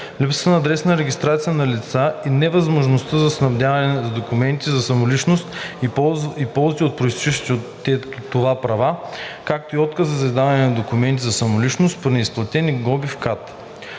липсата на адресна регистрация на лица и невъзможността за снабдяване с документи за самоличност и ползване на произтичащите от това права, както и отказите за издаване на документи за самоличност при неплатени глоби в КАТ.